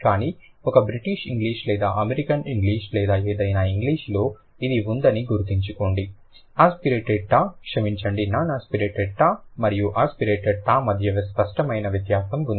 కానీ ఒకటి British English లేదా అమెరికన్ ఇంగ్లీష్ లేదా ఏదైనా ఇంగ్లీషులో ఇది ఉందని గుర్తుంచుకోండి ఆస్పిరేటెడ్ ట క్షమించండి నాన్ ఆస్పిరేటెడ్ ట మరియు ఆస్పిరేటెడ్ థా మధ్య స్పష్టమైన వ్యత్యాసం ఉంది